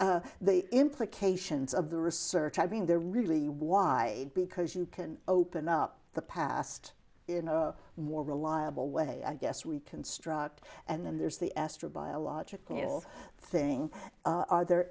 the implications of the research i mean they're really why because you can open up the past in a more reliable way i guess we construct and then there's the astro biological thing are there